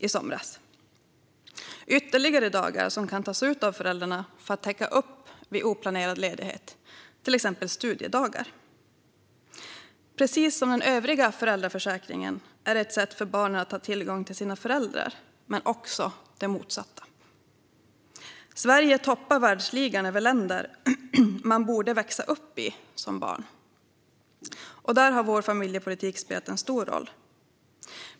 Det är ytterligare dagar som kan tas ut av föräldrarna för att täcka upp vid oplanerad ledighet, till exempel studiedagar. Precis som den övriga föräldraförsäkringen ger detta barnen tillgång till sina föräldrar - men också det motsatta. Sverige toppar världsligan över länder att växa upp i som barn, och där har vår familjepolitik spelat en stor roll.